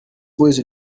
boyz